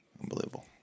Unbelievable